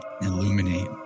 illuminate